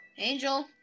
Angel